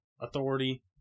Authority